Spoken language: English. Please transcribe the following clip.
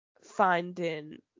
finding